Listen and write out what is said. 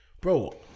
bro